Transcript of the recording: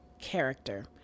character